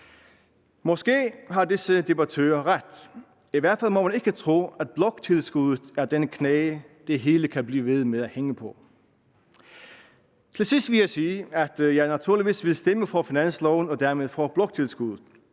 Måske har disse debattører ret. I hvert fald må man ikke tro, at bloktilskuddet er den knage, det hele kan blive ved med at hænge på. Til sidst vil jeg sige, at jeg naturligvis vil stemme for finansloven og dermed for bloktilskuddet.